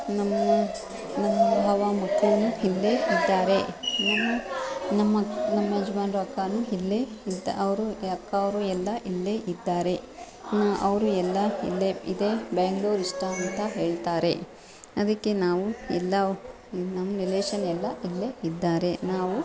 ನಮ್ಮ ನಮ್ಮ ಭಾವ ಮಕ್ಕಳೂನು ಇಲ್ಲೇ ಇದ್ದಾರೆ ನಮ್ಮ ನಮ್ಮ ಮಕ್ ನಮ್ಮ ಯಜಮಾನರ ಅಕ್ಕನೂ ಇಲ್ಲೇ ಇದ್ದಾ ಅವರು ಎಲ್ಲ ಇಲ್ಲೇ ಇದ್ದಾರೆ ಅವರು ಎಲ್ಲ ಇಲ್ಲೇ ಇದೆ ಬೆಂಗ್ಳೂರು ಇಷ್ಟ ಅಂತ ಹೇಳ್ತಾರೆ ಅದಕ್ಕೆ ನಾವು ಎಲ್ಲ ನಮ್ಮ ರಿಲೇಶನ್ ಎಲ್ಲ ಇಲ್ಲೇ ಇದ್ದಾರೆ ನಾವು